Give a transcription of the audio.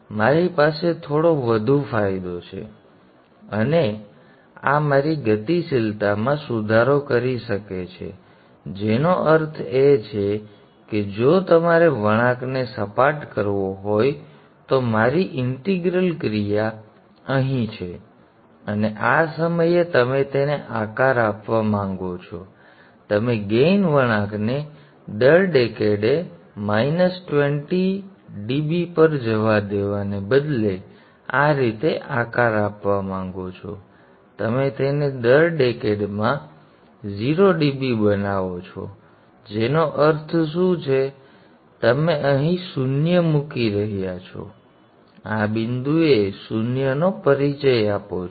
મારી પાસે થોડો વધુ ફાયદો છે અને આ મારી ગતિશીલતામાં સુધારો કરી શકે છે જેનો અર્થ એ છે કે જો તમારે વળાંકને સપાટ કરવો હોય તો મારી ઇંટીગ્રલ ક્રિયા અહીં છે ઇન્ટિગ્રેટર અને આ સમયે તમે તેને આકાર આપવા માંગો છો તમે ગેઇન વળાંકને દર ડેકેડએ માઇનસ 20 dB પર જવા દેવાને બદલે આ રીતે આકાર આપવા માંગો છો તમે તેને દર ડેકેડમાં 0 dB બનાવો છો તેનો અર્થ શું છે તમે અહીં શૂન્ય મૂકી રહ્યા છો તમે આ બિંદુએ શૂન્યનો પરિચય આપો છો